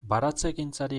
baratzegintzari